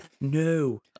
no